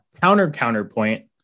counter-counterpoint